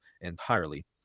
entirely